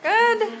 Good